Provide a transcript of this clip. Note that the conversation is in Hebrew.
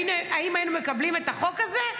האם היינו מקבלים את החוק הזה?